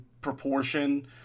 Proportion